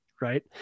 Right